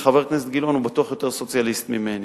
חבר הכנסת גילאון הוא בטוח יותר סוציאליסט ממני,